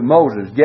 Moses